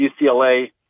UCLA